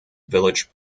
village